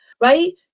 right